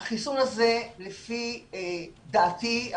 החיסון הזה לפי דעתי,